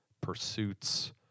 pursuits